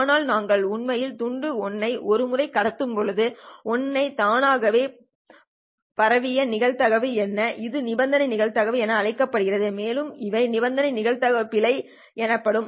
ஆனால் நாங்கள் உண்மையில் துண்டு 1 ஐ ஒரு முறை கடத்தும் போது 1 ஐ தானாகவே பரப்பிய நிகழ்தகவு என்ன இது நிபந்தனை நிகழ்தகவு என அழைக்கப்படுகிறது மேலும் இவை நிபந்தனை நிகழ்தகவு பிழை எனப்படும்